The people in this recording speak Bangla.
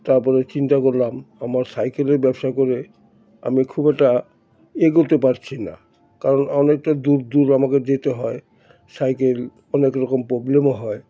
তারপরে চিন্তা করলাম আমার সাইকেলের ব্যবসা করে আমি খুব একটা এগোতে পারছি না কারণ অনেকটা দূর দূর আমাকে যেতে হয় সাইকেল অনেক রকম প্রবলেমও হয়